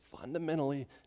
fundamentally